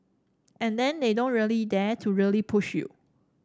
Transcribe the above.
and then they don't really dare to really push you